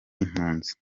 impunzi